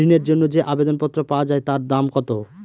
ঋণের জন্য যে আবেদন পত্র পাওয়া য়ায় তার দাম কত?